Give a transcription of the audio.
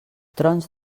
trons